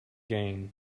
gain